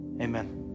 amen